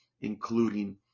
including